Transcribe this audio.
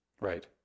Right